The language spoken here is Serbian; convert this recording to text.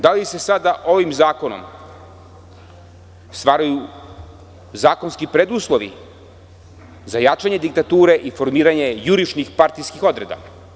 Da li se sada ovim zakonom stvaraju zakonski preduslovi za jačanje diktature i formiranje jurišnih partijskih odreda?